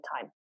time